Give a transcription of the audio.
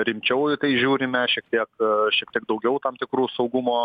rimčiau į tai žiūrime šiek tiek šiek tiek daugiau tam tikrų saugumo